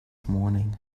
morning